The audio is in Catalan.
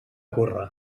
córrer